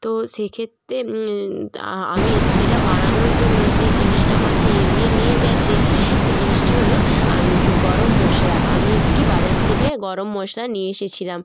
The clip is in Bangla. তো সেক্ষেত্রে আমি সেটা বানানোর জন্য যে জিনিসটা আমাকে এগিয়ে নিয়ে গেছে সে জিনিসটি হলো গরম মশলা আমি একটি বাজার থেকে গরম মশলা নিয়ে এসেছিলাম